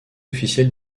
officiel